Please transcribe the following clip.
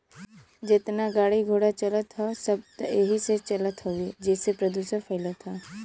जेतना गाड़ी घोड़ा चलत हौ सब त एही से चलत हउवे जेसे प्रदुषण फइलत हौ